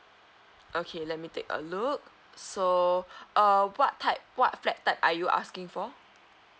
okay let me take a look so err what type what flat like are you asking for